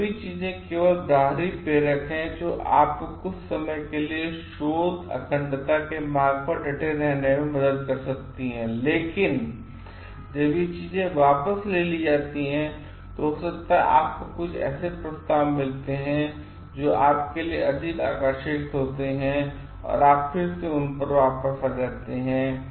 ये सभी चीजें केवल बाहरी प्रेरक हैं जो आपकोकुछ समय केलिए शोध अखंडता के मार्ग पर डटे रहने में मदद कर सकती हैं लेकिन जब ये चीजें वापस ले ली जाती हैं या हो सकता है कि आपको कुछ ऐसे प्रस्ताव मिलते हैं जो आपके लिए अधिक आकर्षक होते हैं तो आप फिर से उन पर वापस आ सकते हैं